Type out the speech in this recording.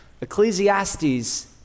Ecclesiastes